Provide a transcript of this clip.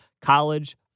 College